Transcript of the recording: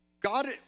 God